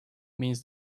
means